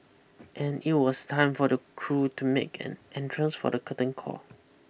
and it was time for the crew to make an entrance for the curtain call